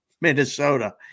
Minnesota